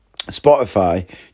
Spotify